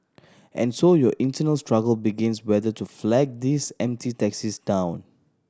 and so your internal struggle begins whether to flag these empty taxis down